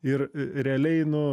ir realiai nu